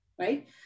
right